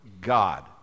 God